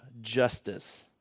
justice